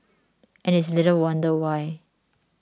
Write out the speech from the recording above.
and it's little wonder why